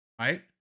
right